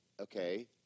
Okay